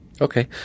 Okay